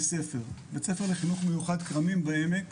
ספר-בית הספר לחינוך מיוחד "כרמים בעמק",